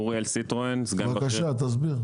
בבקשה, תסביר.